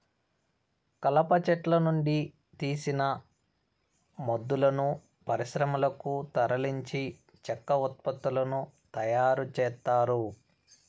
కలప చెట్ల నుండి తీసిన మొద్దులను పరిశ్రమలకు తరలించి చెక్క ఉత్పత్తులను తయారు చేత్తారు